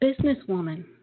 businesswoman